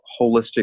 holistic